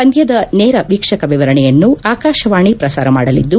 ಪಂದ್ಲದ ನೇರ ವೀಕ್ಷಕ ವಿವರಣೆಯನ್ನು ಆಕಾಶವಾಣಿ ಶ್ರಸಾರ ಮಾಡಲಿದ್ದು